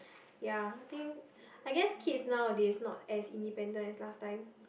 ya I think I guess kids nowadays not as independent as last time